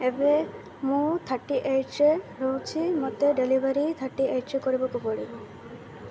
ଏବେ ମୁଁ ଥାର୍ଟି ଏଇଟ୍ରେ ରହୁଛି ମୋତେ ଡେଲିଭରି ଥାର୍ଟି ଏଇଟ୍ରେ କରିବାକୁ ପଡ଼ିବ